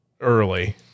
early